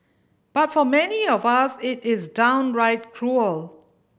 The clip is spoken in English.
but for many of us it is downright cruel